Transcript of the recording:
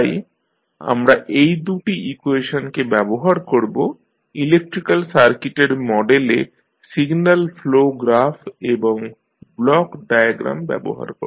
তাই আমরা এই দু'টি ইকুয়েশনকে ব্যবহার করব ইলেক্ট্রিক্যাল সার্কিটের মডেলে সিগন্যাল ফ্লো গ্রাফ এবং ব্লক ডায়াগ্রাম ব্যবহার করে